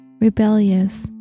rebellious